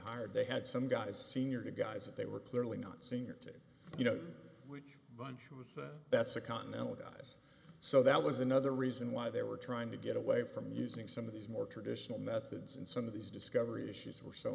hired they had some guys senior guys they were clearly not senior to you know which bunch it was that's a continental guys so that was another reason why they were trying to get away from using some of these more traditional methods and some of these discovery issues were so